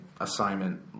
assignment